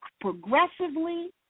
progressively